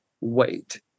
wait